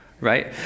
right